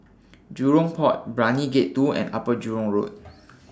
Jurong Port Brani Gate two and Upper Jurong Road